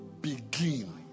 Begin